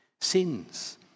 sins